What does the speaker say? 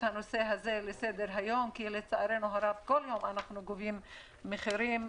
הנושא הזה לסדר היום כי לצערנו הרב כל יום גובה מאתנו מחירים,